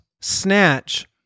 snatch